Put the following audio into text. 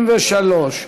63),